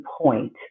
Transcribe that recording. point